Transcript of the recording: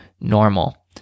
normal